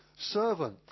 servant